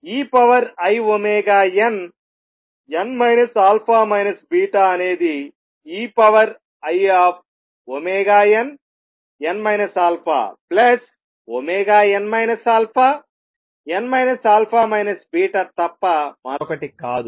einn α β అనేది einn αn αn α βతప్ప మరొకటి కాదు